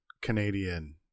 Canadian